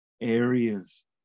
areas